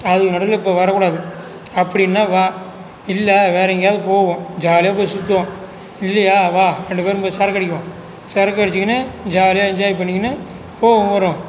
அதுக்கு நடுவில் இப்போ வரக்கூடாது அப்படினா வா இல்லை வேறு எங்கேயாவது போவோம் ஜாலியாக போய் சுற்றுவோம் இல்லையா வா ரெண்டு பேரும் போய் சரக்கடிக்குவோம் சரக்கு அடிச்சுக்கின்னு ஜாலியாக என்ஜாய் பண்ணிக்கின்னு போவோம் வருவோம்